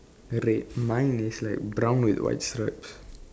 red mine is like brown with white stripes